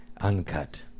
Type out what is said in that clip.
uncut